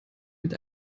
mit